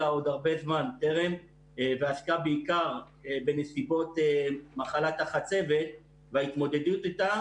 עוד הרבה זמן טרם ועסקה בעיקר בנסיבות מחלת החצבת וההתמודדות איתה,